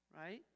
right